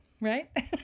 right